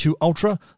Ultra